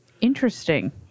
Interesting